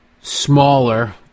smaller